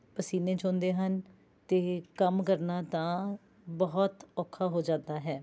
ਪਸੀਨੇ ਚੋਂਦੇ ਹਨ ਅਤੇ ਕੰਮ ਕਰਨਾ ਤਾਂ ਬਹੁਤ ਔਖਾ ਹੋ ਜਾਂਦਾ ਹੈ